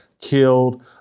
killed